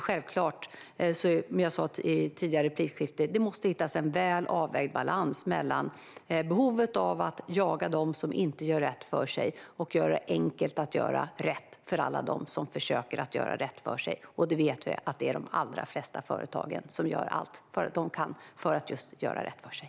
Självklart måste man hitta en väl avvägd balans mellan behovet av att jaga dem som inte gör rätt för sig och göra det enkelt att göra det rätt för alla dem som försöker att göra rätt för sig. Det vet vi att det är de allra flesta företag som gör allt för att göra rätt för sig.